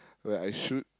where I shoot